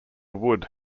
wood